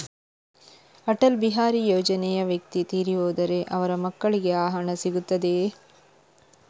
ಅಟಲ್ ಬಿಹಾರಿ ಯೋಜನೆಯ ವ್ಯಕ್ತಿ ತೀರಿ ಹೋದರೆ ಅವರ ಮಕ್ಕಳಿಗೆ ಆ ಹಣ ಸಿಗುತ್ತದೆಯೇ?